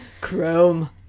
Chrome